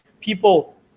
people